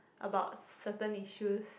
about certain issues